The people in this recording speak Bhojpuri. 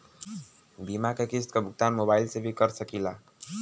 बीमा के किस्त क भुगतान मोबाइल से भी कर सकी ला?